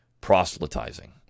proselytizing